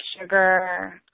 sugar